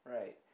right